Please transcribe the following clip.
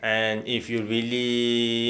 and if you really